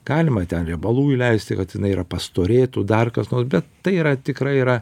galima ten riebalų įleisti kad jinai yra pastorėtų dar kas nors bet tai yra tikrai yra